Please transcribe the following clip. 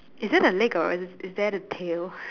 is this a leg or is that the tail